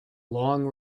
long